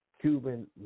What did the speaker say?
Cuban